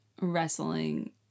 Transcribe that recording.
wrestling